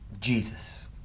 Jesus